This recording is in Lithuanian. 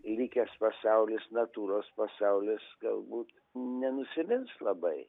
likęs pasaulis natūros pasaulis galbūt nenusivils labai